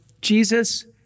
Jesus